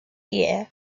year